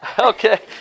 okay